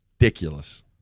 ridiculous